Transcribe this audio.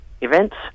events